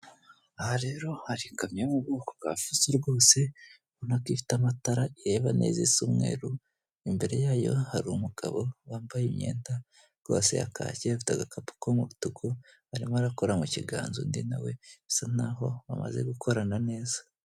Aha rero hari ikamyo yo mu bwoko bwa fuso rwose, ubona ko ifite amatara ireba neza isa umweru, imbere yayo hari umugabo wambaye imyenda rwose ya kake, ufite agakapu k'umutuku, arimo arakora mu kiganza undi nawe usa n'aho bamaze gukorana neza.